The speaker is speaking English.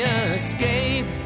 escape